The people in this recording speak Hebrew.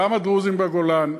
גם הדרוזים בגולן,